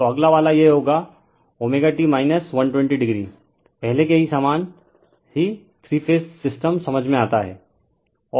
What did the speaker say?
तो अगला वाला यह होगा t 120 o पहले के समान ही थ्री फेज सिस्टम समझ में आता है